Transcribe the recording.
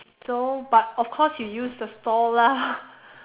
so but of course he used the stall lah